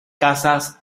casas